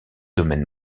domaine